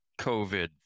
COVID